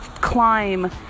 climb